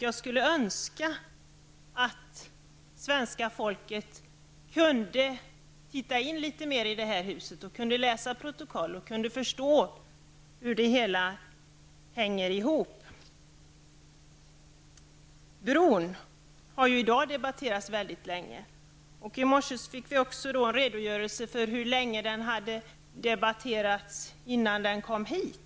Jag skulle önska att svenska folket kunde titta in litet mer i det här huset, att de kunde läsa protokoll och förstå hur det hela hänger ihop. Bron har ju i dag debatterats väldigt länge. I morse fick vi också en redogörelse för hur länge den hade debatterats innan den kom hit.